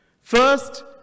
First